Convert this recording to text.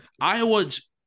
Iowa's